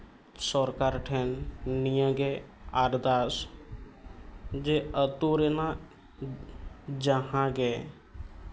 ᱥᱚᱨᱠᱟᱨ ᱴᱷᱮᱱ ᱱᱤᱭᱟᱹ ᱜᱮ ᱟᱨᱫᱟᱥ ᱡᱮ ᱟᱛᱳ ᱨᱮᱱᱟᱜ ᱡᱟᱦᱟᱸ ᱜᱮ